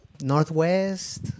Northwest